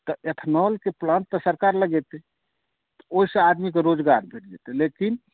तऽ एथेनॉलके प्लांट तऽ सरकार लगेतै ओहिसँ आदमीकेँ रोजगार भेटतै लेकिन